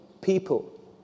people